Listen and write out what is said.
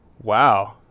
Wow